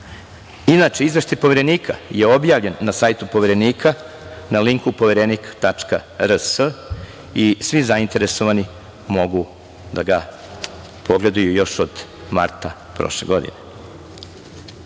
9.497.Inače, Izveštaj Poverenika je objavljen na sajtu Poverenika na linku "Poverenik.rs" i svi zainteresovani mogu da ga pogledaju još od marta prošle godine. Što